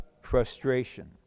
frustration